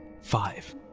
five